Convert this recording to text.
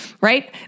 right